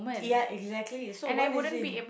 yaa exactly so what is it